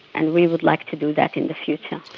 and we would like to do that in the future.